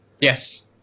Yes